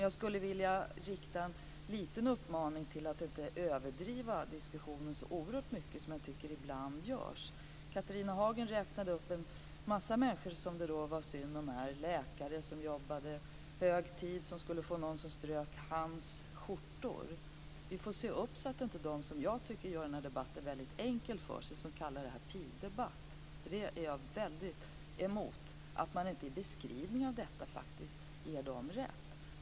Jag skulle vilja rikta en liten uppmaning till att inte överdriva diskussionen så oerhört mycket som jag tycker ibland görs. Catharina Hagen räknade upp en massa människor som det var synd om - läkare som jobbade som skulle få någon som strök hans skjortor. Vi får se upp så att inte de som jag tycker gör den här debatten väldigt enkel för sig gör det här till en pigdebatt, vilket jag är mycket emot och att man inte i beskrivningen av detta ger dem rätt.